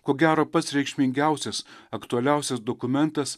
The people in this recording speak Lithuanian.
ko gero pats reikšmingiausias aktualiausias dokumentas